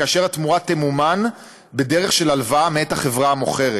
כאשר התמורה תמומן בדרך של הלוואה מאת החברה המוכרת.